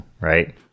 right